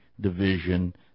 division